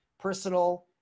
personal